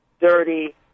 dirty